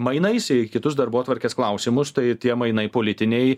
mainais į kitus darbotvarkės klausimus tai tie mainai politiniai